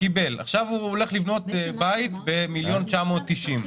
עכשיו הוא הולך לבנות בית ב-1.99 מיליון,